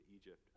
Egypt